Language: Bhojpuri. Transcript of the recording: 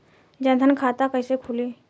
जनधन खाता कइसे खुली?